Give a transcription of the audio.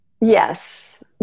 Yes